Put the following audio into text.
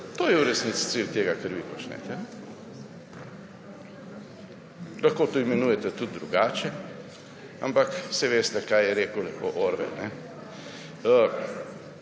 To je v resnici cilj tega, kar vi počnete. Lahko to imenujete tudi drugače, ampak saj veste, kaj je rekel lepo Orwell: